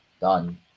done